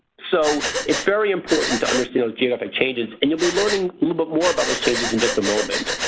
so it's very important to understand those geographic changes. and you'll be learning a little bit more about those changes in just a moment.